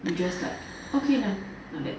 you just like okay done like that